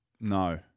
No